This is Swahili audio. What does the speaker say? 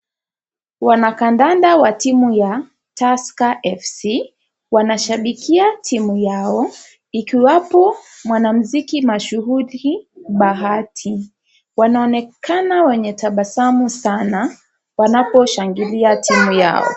Wanakadanda wa timu ya Tusker FC, wanashabikia timu yao, i mkiwapo mwanamziki mashuhuli Bahati. Wanaonekana wenye tabasamu sana, wanaposhangilia timu yao.